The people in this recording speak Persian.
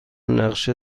نقشه